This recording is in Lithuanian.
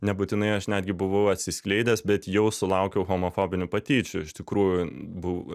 nebūtinai aš netgi buvau atsiskleidęs bet jau sulaukiau homofobinių patyčių iš tikrųjų bu